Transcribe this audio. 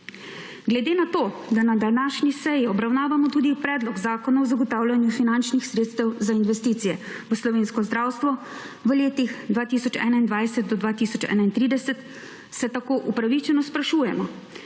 Glede na to, da na današnji seji obravnavamo tudi predlog zakona o zagotavljanju finančnih sredstev za investicije v slovensko zdravstvo v letih 2021 do 2031, se tako upravičeno sprašujemo